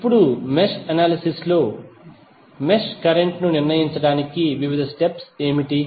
ఇప్పుడు mesh analysis లో mesh current ను నిర్ణయించడానికి వివిధ స్టెప్స్ ఏమిటి